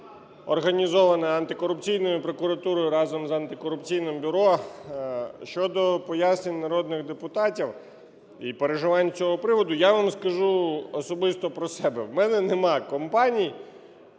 організоване антикорупційною прокуратурою разом з антикорупційним бюро. Щодо пояснень народних депутатів і переживань з цього приводу я вам скажу особисто про себе. У мене нема компаній.